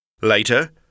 Later